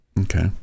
Okay